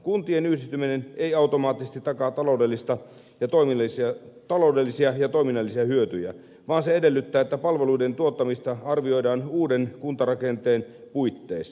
kuntien yhdistyminen ei automaattisesti takaa taloudellisia ja toiminnallisia hyötyjä vaan se edellyttää että palveluiden tuottamista arvioidaan uuden kuntarakenteen puitteissa